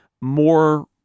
more